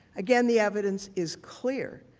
again the evidence is clear.